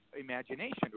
imagination